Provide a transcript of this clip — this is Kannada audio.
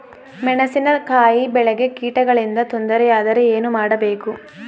ಮೆಣಸಿನಕಾಯಿ ಬೆಳೆಗೆ ಕೀಟಗಳಿಂದ ತೊಂದರೆ ಯಾದರೆ ಏನು ಮಾಡಬೇಕು?